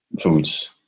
foods